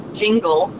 jingle